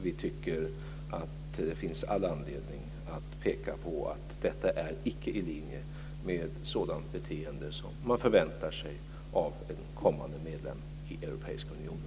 Vi tycker att det finns all andledning att peka på att detta icke är i linje med sådant beteende som man förväntar sig av en kommande medlem i Europeiska unionen.